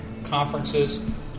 Conferences